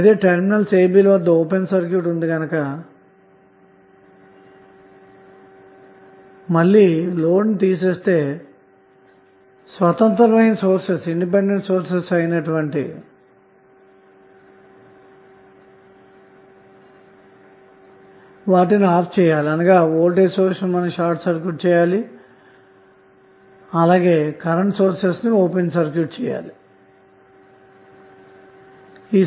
అయితే terminals a b ల వద్ద ఓపెన్ సర్క్యూట్ ఉంది గనక మళ్ళీ లోడ్ తీసిస్తే స్వతంత్రమైన సోర్సెస్ అయినటువంటి స్వతంత్రమైన సోర్సెస్ ను ఆఫ్ చేయాలి అనగా వోల్టేజ్ సోర్స్ ను షార్ట్ సర్క్యూట్ చేయాలి అలాగే కరెంటు సోర్స్ ను ఓపెన్ చేయాలి అన్న మాట